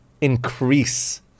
increase